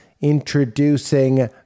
introducing